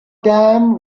dam